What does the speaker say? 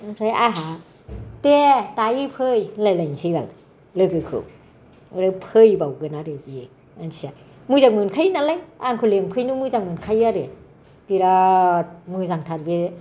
ओमफ्राय आंहा दे दाहाय फै होनलायलायनिसै बाल लोगोखौ ओमफ्राय फैबावगोन आरो बियो मानसिया मोजां मोनखायो नालाय आंखौ लिंफैनो मोजां मोनखायो आरो बिराद मोजांथार बे